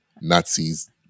Nazis